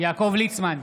יעקב ליצמן,